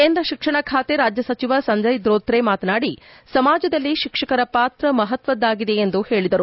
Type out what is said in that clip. ಕೇಂದ್ರ ತಿಕ್ಷಣ ಖಾತೆ ರಾಜ್ಯ ಸಚಿವ ಸಂಜಯ್ ಧೋತ್ರೆ ಮಾತನಾಡಿ ಸಮಾಜದಲ್ಲಿ ಶಿಕ್ಷಕರ ಪಾತ್ರ ಮಹತ್ವದ್ದಾಗಿದೆ ಎಂದು ಹೇಳಿದರು